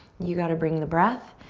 you got to bring the breath.